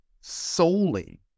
solely